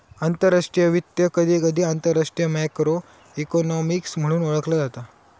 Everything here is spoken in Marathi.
आंतरराष्ट्रीय वित्त, कधीकधी आंतरराष्ट्रीय मॅक्रो इकॉनॉमिक्स म्हणून ओळखला जाता